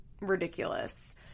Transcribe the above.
ridiculous